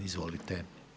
Izvolite.